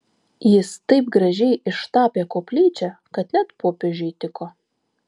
jis taip gražiai ištapė koplyčią kad net popiežiui tiko